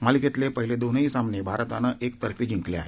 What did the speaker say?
मालिकेतले पहिले दोनही सामने भारतानं एकतर्फी जिंकले आहेत